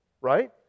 right